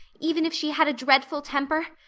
even if she had a dreadful temper?